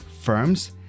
firms